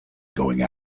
going